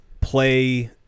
play